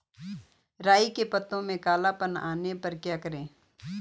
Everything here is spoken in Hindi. राई के पत्तों में काला पन आने पर क्या करें?